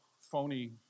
phony